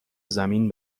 زمین